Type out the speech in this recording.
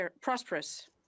prosperous